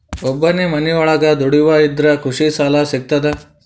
ಒಬ್ಬನೇ ಮನಿಯೊಳಗ ದುಡಿಯುವಾ ಇದ್ರ ಕೃಷಿ ಸಾಲಾ ಸಿಗ್ತದಾ?